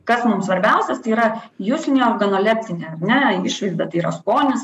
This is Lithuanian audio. kas mums svarbiausias tai yra juslinė organoleptinė ar ne išvaizda tai yra skonis